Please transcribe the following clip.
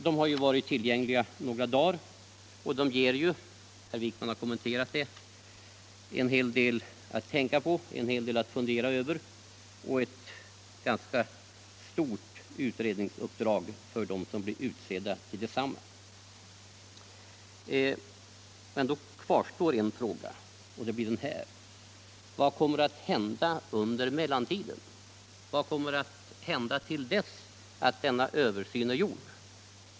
De har varit tillgängliga några dagar och de ger, herr Wijkman har kommenterat det, en hel del att tänka på och fundera över. Utredningsuppdraget kommer att bli ganska tungt för dem som blir utsedda till detsamma. Då kvarstår en fråga: Vad kommer att hända under mellantiden? Vad kommer att hända till dess denna översyn är gjord?